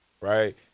right